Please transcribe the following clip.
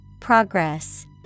Progress